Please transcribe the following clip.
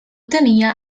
tenia